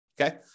okay